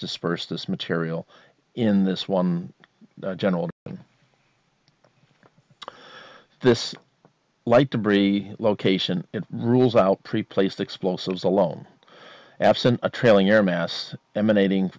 disperse this material in this one general this light debris location it rules out pre placed explosives alone absent a trailing air mass emanating